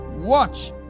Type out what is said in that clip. watch